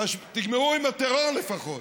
תגמרו עם הטרור לפחות.